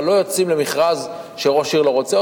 אבל לא יוצאים למכרז שראש עיר לא רוצה.